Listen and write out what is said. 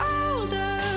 older